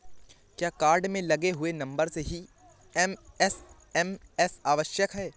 क्या कार्ड में लगे हुए नंबर से ही एस.एम.एस आवश्यक है?